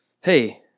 Hey